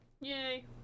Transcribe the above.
Yay